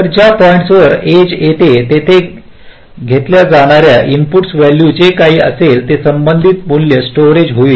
तर ज्या पॉईंट्सवर एज येते तेथे घेतल्या जाणार्या इनपुट व्हॅल्यूचे जे काही असेल ते संबंधित मूल्य स्टोरेज होईल